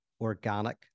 organic